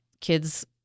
kids